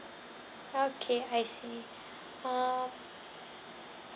okay I see um